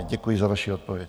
Děkuji za vaši odpověď.